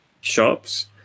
shops